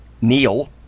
Neil